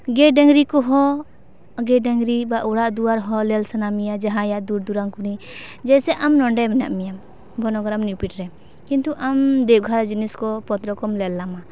ᱜᱟᱹᱭ ᱰᱟᱝᱨᱤ ᱠᱚᱦᱚᱸ ᱜᱟᱹᱭ ᱰᱟᱝᱨᱤ ᱵᱟ ᱚᱲᱟᱜ ᱫᱩᱭᱟᱨ ᱦᱚᱸ ᱞᱮᱞ ᱥᱟᱱᱟ ᱢᱮᱭᱟ ᱡᱟᱦᱟᱸᱭᱟᱜ ᱫᱩᱨ ᱫᱩᱨᱟᱝ ᱠᱷᱚᱱᱤ ᱡᱮᱭᱥᱮ ᱟᱢ ᱱᱚᱰᱮ ᱢᱮᱱᱟᱜ ᱢᱮᱭᱟ ᱵᱚᱱᱚᱜᱨᱟᱱ ᱱᱤᱭᱩᱯᱤᱴᱷ ᱨᱮ ᱠᱤᱱᱛᱩ ᱟᱢ ᱫᱮᱣᱜᱷᱚᱨ ᱡᱤᱱᱤᱥ ᱠᱚ ᱯᱚᱛᱨᱚ ᱠᱚᱢ ᱞᱮᱞ ᱞᱟᱢᱟ